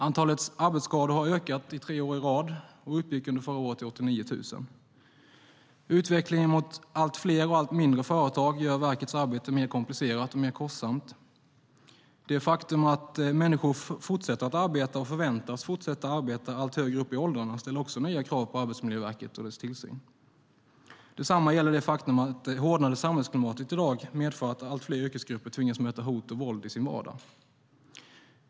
Antalet arbetsskador har ökat under tre år i rad och uppgick under förra året till 89 000. Utvecklingen mot allt fler och allt mindre företag gör verkets arbete mer komplicerat och mer kostsamt. Det faktum att människor fortsätter att arbeta och förväntas fortsätta att arbeta högre upp i åldrarna ställer också nya krav på Arbetsmiljöverket och dess tillsyn. Detsamma gäller det faktum att det hårdnande samhällsklimatet i dag medför att allt fler yrkesgrupper tvingas möta hot och våld i sin vardag.